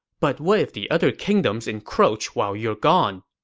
but what if the other kingdoms encroach while you're gone?